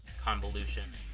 convolution